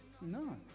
No